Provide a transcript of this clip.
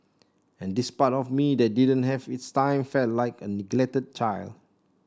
and this part of me that didn't have its time felt like a neglected child